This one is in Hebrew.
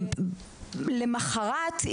למחרת,